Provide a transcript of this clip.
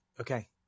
Okay